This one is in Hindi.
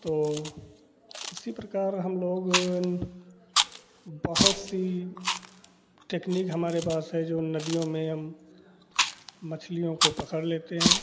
तो इसी प्रकार हम लोग बहुत सी टेक्नीक हमारे पास है जो हम नदियों में हम मछलियों को पकड़ लेते हैं